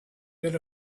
that